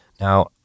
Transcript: Now